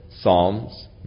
Psalms